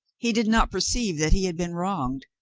he did not perceive that he had been wronged.